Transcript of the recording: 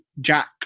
Jack